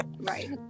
right